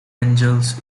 angels